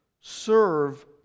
Serve